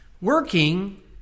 Working